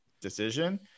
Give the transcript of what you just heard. decision